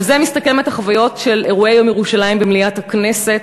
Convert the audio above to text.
בזה מסתכמות החוויות של אירועי יום ירושלים במליאת הכנסת.